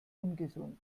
ungesund